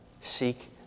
Seek